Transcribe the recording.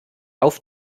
auf